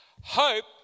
Hope